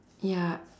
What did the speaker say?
ya